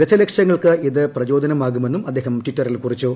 ദശലക്ഷങ്ങൾക്ക് ഇത് പ്രചോദനമാകുമെന്നും അദ്ദേഹം ടിറ്ററിൽ കുറിച്ചു